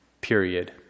Period